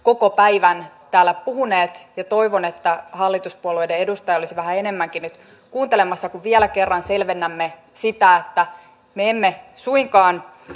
koko päivän täällä puhuneet ja toivon että hallituspuolueiden edustajia olisi vähän enemmänkin nyt kuuntelemassa kun vielä kerran selvennämme sitä että me emme suinkaan